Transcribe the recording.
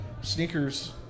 sneakers